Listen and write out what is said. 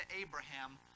Abraham